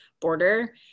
border